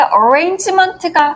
arrangement가